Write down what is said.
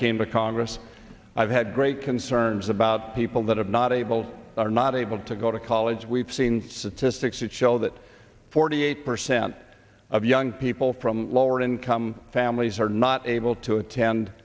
came to congress i've had great concerns about people that are not able are not able to go to college we've seen statistics that show that forty eight percent of young people from lower income families are not able to attend